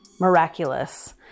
miraculous